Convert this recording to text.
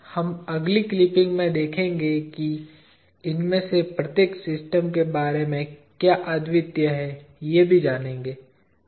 हम अगली क्लिपिंग में देखेंगे कि इनमें से प्रत्येक सिस्टम के बारे में क्या अद्वितीय है ये भी जानेगे